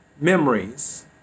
memories